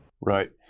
Right